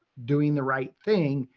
doing the right thing,